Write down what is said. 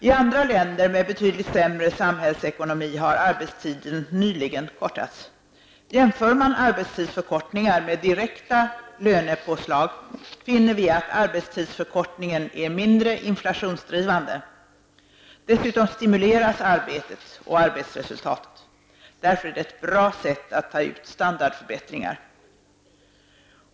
I andra länder med betydligt sämre samhällsekonomi har arbetstiden nyligen kortats. Jämför vi arbetstidsförkortningar med direkta lönepåslag, finner vi att arbetstidsförkortningen är mindre inflationsdrivande. Dessutom stimuleras arbetet och arbetsresultatet. Därför är det ett bra sätt att ta ut standardförbättringar.